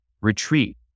retreat